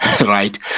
right